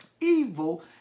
evil